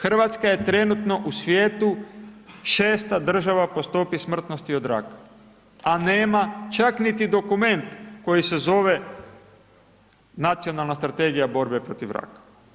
Hrvatska je trenutno u svijetu 6.-ta država po stopi smrtnosti od raka a nema čak niti dokument koji se zove nacionalna strategija borbe protiv raka.